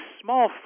small